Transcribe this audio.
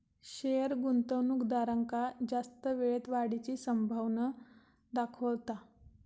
share गुंतवणूकदारांका जास्त वेळेत वाढीची संभावना दाखवता